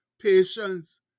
patience